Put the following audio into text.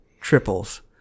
triples